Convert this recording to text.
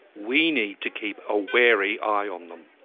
we need to keep a wary eye on them.